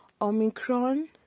Omicron